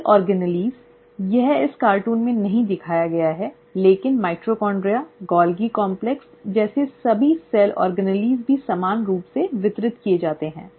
cell organelle यह इस cartoon में नहीं दिखाया गया है लेकिन माइटोकॉन्ड्रिया गोल्गी कॉम्प्लेक्स जैसे सभी सेल ऑर्गेनेल भी समान रूप से वितरित किए जाते हैं